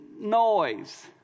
noise